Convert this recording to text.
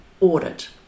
audit